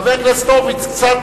חבר הכנסת הורוביץ,